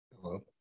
Hello